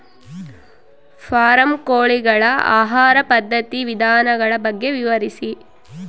Form ಕೋಳಿಗಳ ಆಹಾರ ಪದ್ಧತಿಯ ವಿಧಾನಗಳ ಬಗ್ಗೆ ವಿವರಿಸಿ?